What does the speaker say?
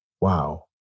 wow